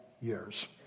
years